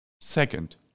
Second